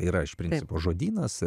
yra iš principo žodynas